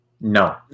No